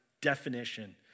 definition